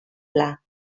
pla